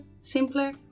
simpler